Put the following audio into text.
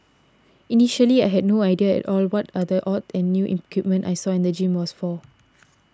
initially I had no idea at all what are the odd and new equipment I saw in the gym was for